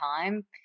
time